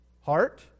heart